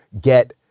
get